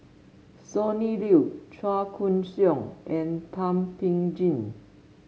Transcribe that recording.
Sonny Liew Chua Koon Siong and Thum Ping Tjin